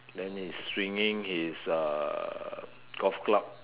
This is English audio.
then he's swinging his uh golf club